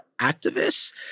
activists